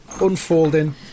unfolding